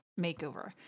makeover